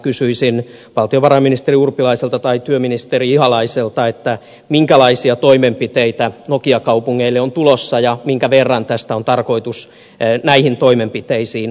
kysyisin valtiovarainministeri urpilaiselta tai työministeri ihalaiselta minkälaisia toimenpiteitä nokia kaupungeille on tulossa ja minkä verran tästä on tarkoitus näihin toimenpiteisiin ohjata